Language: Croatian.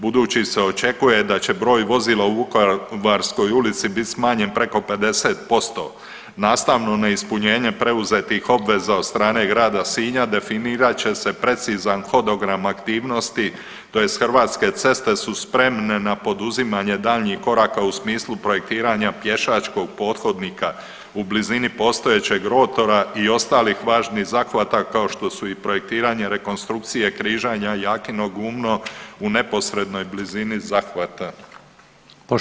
Budući se očekuje da će broj vozila u Vukovarskoj ulici biti smanjen preko 50% nastavno na ispunjenje preuzetih obveza od strane grada sinja definirat će se precizan hodogram aktivnosti, tj. Hrvatske ceste su spremne na poduzimanje daljnjih koraka u smislu projektiranja pješačkog pothodnika u blizini postojećeg rotora i ostalih važnih zahvata kao što su i projektiranje, rekonstrukcije križanja Jakino gumno u neposrednoj blizini zahvata.